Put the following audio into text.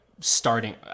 starting